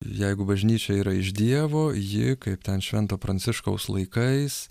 jeigu bažnyčia yra iš dievo ji kaip ten švento pranciškaus laikais